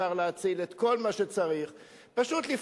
אפשר להציל את כל מה שצריך,